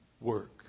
work